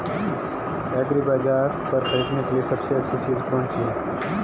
एग्रीबाज़ार पर खरीदने के लिए सबसे अच्छी चीज़ कौनसी है?